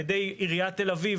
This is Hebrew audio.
על ידי עיריית תל אביב,